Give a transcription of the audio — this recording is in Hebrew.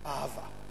אהבה.